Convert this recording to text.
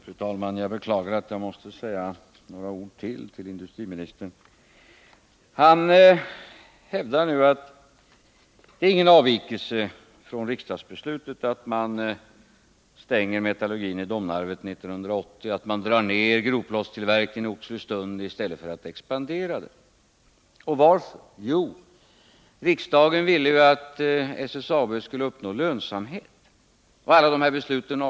Fru talman! Jag beklagar att jag måste säga ytterligare några ord till industriministern i den här debatten. Han hävdar att det inte innebär någon avvikelse från riksdagsbeslutet att metallurgin i Domnarvet upphör 1980 och att man drar ned på grovplåtstillverkningen i Oxelösund i stället för att expandera. Varför? Jo, riksdagen ville att SSAB skulle uppnå lönsamhet, säger Nils Åsling.